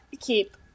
keep